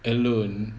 alone